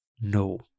no